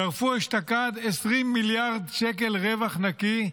גרפו אשתקד 20 מיליארד שקל רווח נקי,